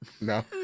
No